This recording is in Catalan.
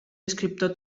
escriptor